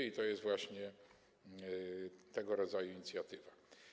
I to jest właśnie tego rodzaju inicjatywa.